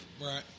Right